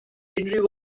unrhyw